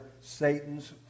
Satan's